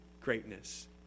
greatness